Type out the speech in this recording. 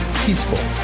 peaceful